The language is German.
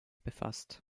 befasst